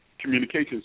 Communications